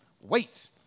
wait